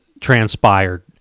transpired